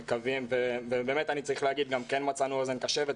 אני חייב להגיד שכן מצאנו אוזן קשבת.